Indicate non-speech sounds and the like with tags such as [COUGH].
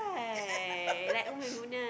[LAUGHS]